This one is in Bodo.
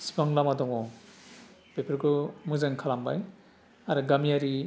बेसेबां लामा दङ बेफोरखौ मोजां खालामबाय आरो गामियारि